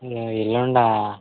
ఎల్లుండా